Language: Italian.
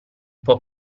può